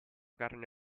carne